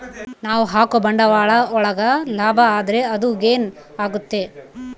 ನಾವ್ ಹಾಕೋ ಬಂಡವಾಳ ಒಳಗ ಲಾಭ ಆದ್ರೆ ಅದು ಗೇನ್ ಆಗುತ್ತೆ